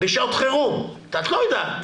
בשעות חירום, את לא יודעת.